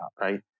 right